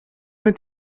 fynd